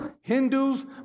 Hindus